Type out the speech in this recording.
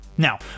Now